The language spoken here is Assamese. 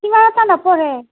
কিবা এটা নপঢ়ে